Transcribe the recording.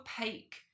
opaque